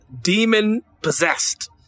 Demon-possessed